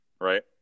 right